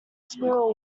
squirrel